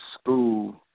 school